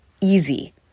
easy